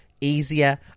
Easier